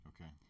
Okay